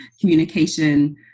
communication